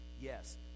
yes